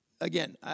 again